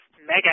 mega